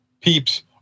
peeps